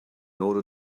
order